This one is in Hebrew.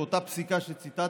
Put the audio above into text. באותה פסיקה שציטטתי,